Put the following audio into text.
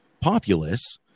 populace